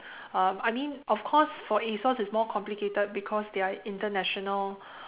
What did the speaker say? uh I mean of course for A_S_O_S it's more complicated because they are international